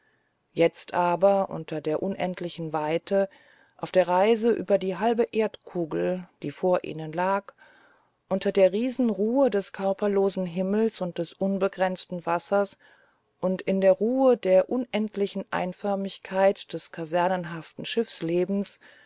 jetzt aber unter der unendlichen weite auf der reise über die halbe erdkugel die vor ihnen lag unter der riesenruhe des körperlosen himmels und des unbegrenzten wassers und in der ruhe der unendlichen einförmigkeit des